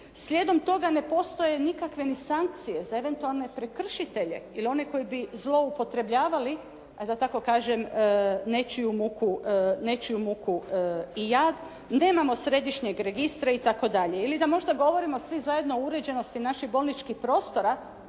Slijedom toga ne postoje nikakve ni sankcije za eventualne prekršitelje ili one koji bi zloupotrebljavali da tako kažem nečiju muku i jad. Nemamo središnjeg registra itd. Ili da možda govorimo svi zajedno o uređenosti naših bolničkih prostora